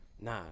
Nah